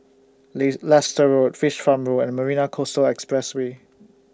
Leicester Road Fish Farm Road and Marina Coastal Expressway